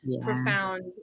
profound